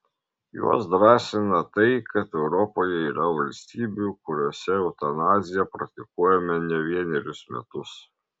juos drąsina tai kad europoje yra valstybių kuriose eutanazija praktikuojama ne vienerius metus